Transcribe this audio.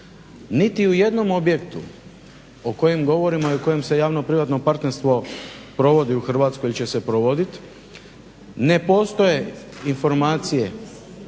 Niti u jednom objektu o kojem govorimo i o kojem se javno-privatno partnerstvo provodi u Hrvatskoj, će se provodit. Ne postoje informacije